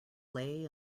lay